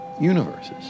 universes